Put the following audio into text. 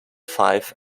five